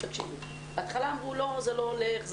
בהתחלה אמרו שזה לא הולך.